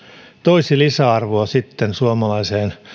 toisi lisäarvoa sitten suomalaiseen